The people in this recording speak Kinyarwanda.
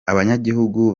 abanyagihugu